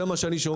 זה מה שאני שומע.